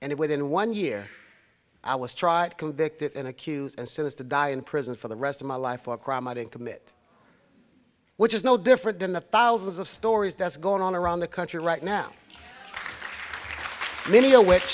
and it within one year i was tried convicted and accused and still is to die in prison for the rest of my life for a crime i didn't commit which is no different than the thousands of stories does going on around the country right now media which